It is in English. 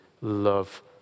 love